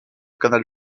canal